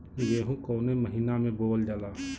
गेहूँ कवने महीना में बोवल जाला?